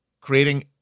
creating